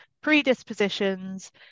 predispositions